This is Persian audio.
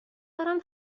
دارم